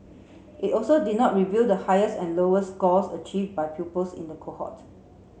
it also did not reveal the highest and lowest scores achieved by pupils in the cohort